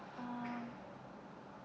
um